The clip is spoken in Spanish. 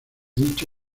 dicho